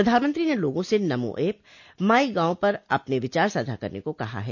प्रधानमंत्री ने लोगों से नमो ऐप माइ गॉव पर अपने विचार साझा करने को कहा है